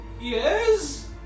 yes